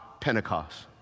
Pentecost